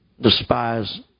despise